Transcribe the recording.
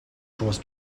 draws